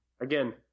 again